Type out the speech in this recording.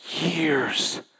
years